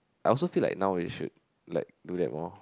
I also feel like now we should like do that more